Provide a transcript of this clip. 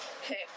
Okay